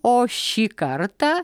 o šį kartą